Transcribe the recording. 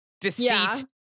deceit